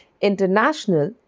International